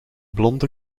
blonde